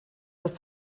dass